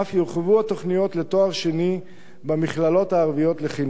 יורחבו התוכניות לתואר שני במכללות הערביות לחינוך